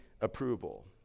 approval